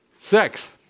Sex